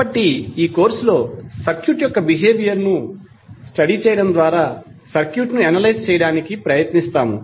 కాబట్టి ఈ కోర్సులో సర్క్యూట్ యొక్క బిహేవియర్ ను స్టడీ చేయడం ద్వారా సర్క్యూట్ను అనలైజ్ చేయడానికి ప్రయత్నిస్తాము